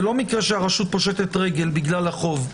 זה לא מקרה שהרשות פושטת רגל בגלל החוב.